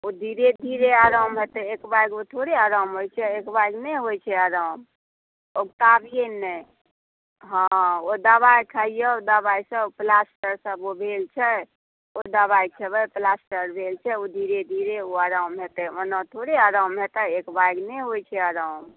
ओ धीरे धीरे आराम हेतै एकबैग थोड़े आराम होइ छै एकबैगे नहि होइ छै आराम ओ दवाइ खइयौ दवाइसँ ओ प्लास्टर सभ भेल छै ओ दवाइ खेबै प्लास्टर भेल धीरे धीरे ओ आराम हेतै ओना थोड़े आराम हेतै एकबैग नहि होइ छै आराम